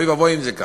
אוי ואבוי אם זה כך.